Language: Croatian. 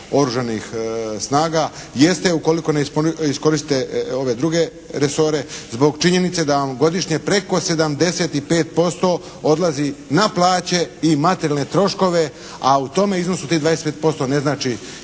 Oružanih snaga. Jeste, ukoliko ne iskoristite ove druge resore zbog činjenice da vam godišnje preko 75% odlazi na plaće i materijalne troškove. A u tome iznosu tih 25% ne znači